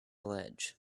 ledge